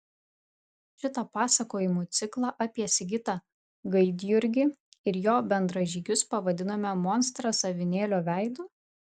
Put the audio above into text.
šitą pasakojimų ciklą apie sigitą gaidjurgį ir jo bendražygius pavadinome monstras avinėlio veidu